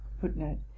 Footnote